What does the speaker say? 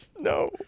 No